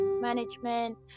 management